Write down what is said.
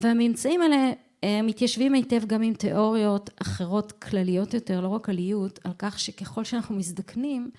והממצאים האלה מתיישבים היטב גם עם תיאוריות אחרות כלליות יותר לא רק על איות על כך שככל שאנחנו מזדקנים